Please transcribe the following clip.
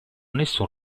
nessun